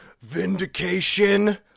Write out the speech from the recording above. vindication